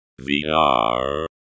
VR